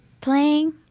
playing